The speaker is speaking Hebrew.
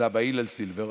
אבא הלל סילבר.